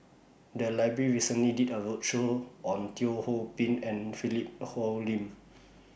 The Library recently did A roadshow on Teo Ho Pin and Philip Hoalim